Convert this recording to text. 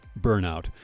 burnout